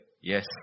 Yes